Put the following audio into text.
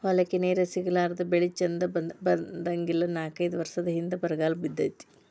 ಹೊಲಕ್ಕ ನೇರ ಸಿಗಲಾರದ ಬೆಳಿ ಚಂದ ಬರಂಗಿಲ್ಲಾ ನಾಕೈದ ವರಸದ ಹಿಂದ ಬರಗಾಲ ಬಿದ್ದಿತ್ತ